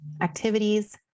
activities